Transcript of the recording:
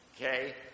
Okay